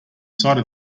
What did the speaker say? side